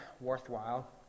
worthwhile